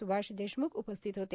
सुभाष देशम्रुख उपस्थित होते